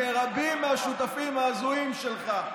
מרבים מהשותפים ההזויים שלך.